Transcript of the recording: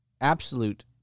absolute